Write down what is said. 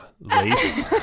lace